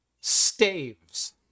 staves